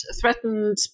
threatened